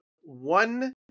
one